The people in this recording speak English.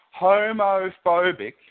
homophobic